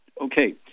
Okay